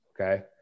okay